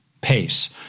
pace